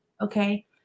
okay